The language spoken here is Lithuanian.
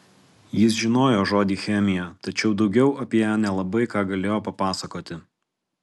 jis žinojo žodį chemija tačiau daugiau apie ją nelabai ką galėjo papasakoti